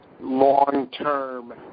long-term